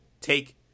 take